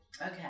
Okay